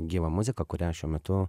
gyvą muziką kurią šiuo metu